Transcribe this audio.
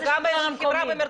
בתל אביב מחייבים מרפסות,